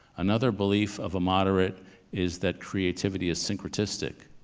another belief of a moderate is that creativity is synchronistic,